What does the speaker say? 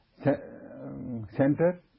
center